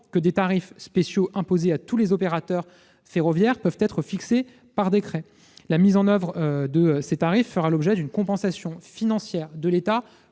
que des tarifs spéciaux imposés à tous les opérateurs ferroviaires peuvent être fixés par décret. La mise en oeuvre de ces tarifs fera l'objet d'une compensation financière de l'État